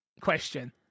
question